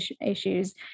issues